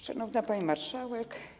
Szanowna Pani Marszałek!